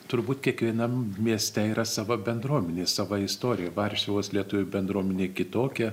turbūt kiekvienam mieste yra sava bendruomenė sava istorija varšuvos lietuvių bendruomenė kitokia